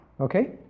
Okay